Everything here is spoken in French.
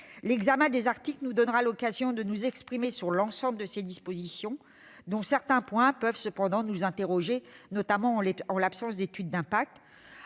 L'examen des articles nous donnera l'occasion de nous exprimer sur l'ensemble de ces dispositions, dont certaines nous posent question, notamment en l'absence d'étude d'impact.